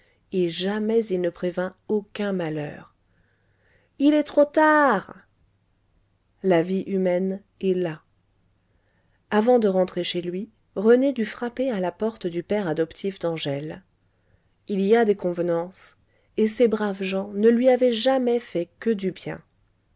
et jamais il ne prévint aucun malheur il est trop tard la vie humaine est là avant de rentrer chez lui rené dut frapper à la porte du père adoptif d'angèle il y a des convenances et ces braves gens ne lui avaient jamais fait que du bien